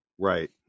right